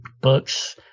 books